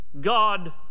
God